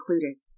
included